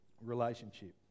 relationship